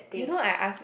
you know I ask